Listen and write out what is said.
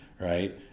Right